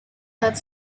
have